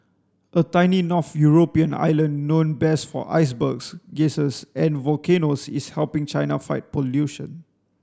a tiny north European island known best for icebergs geysers and volcanoes is helping China fight pollution